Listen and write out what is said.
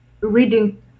reading